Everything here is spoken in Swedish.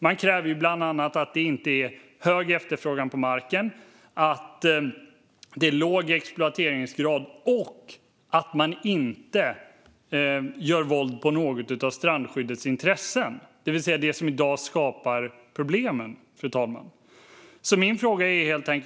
Det krävs bland annat att det inte är hög efterfrågan på marken, att det är låg exploateringsgrad och att man inte gör våld på något av strandskyddets intressen, det vill säga det som i dag skapar problemen, fru talman. Min fråga